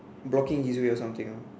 blocking his way or something ah